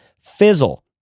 fizzle